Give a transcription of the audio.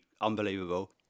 unbelievable